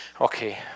Okay